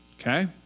okay